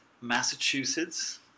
Massachusetts